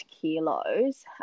kilos